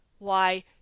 Why